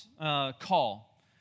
call